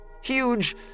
Huge